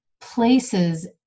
places